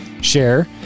share